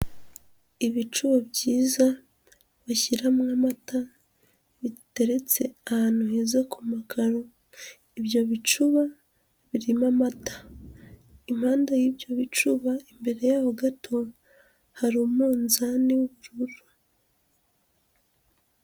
Ibicuba byiza bashyiramo amata biteretse ahantu heza ku makaro, ibyo bicuba birimo amata, impande y'ibyo bicuba imbere yaho gato hari umunzani w'ibururu.